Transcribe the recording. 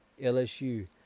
LSU